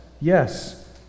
Yes